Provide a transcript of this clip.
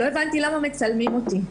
לא הבנתי למה מצלמים אותי.